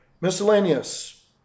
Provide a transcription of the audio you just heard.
Miscellaneous